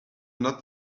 not